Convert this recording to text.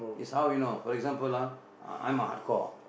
it's how you know for example lah I'm a hardcore